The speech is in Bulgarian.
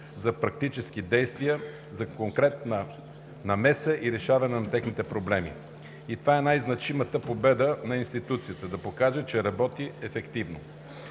за практически действия, за конкретна намеса и решаване на техните проблеми. И това е най-значимата победа на институцията – да покаже, че работи ефективно.